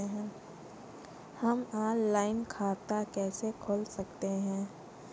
हम ऑनलाइन खाता कैसे खोल सकते हैं?